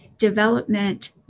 Development